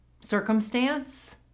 circumstance